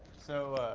so,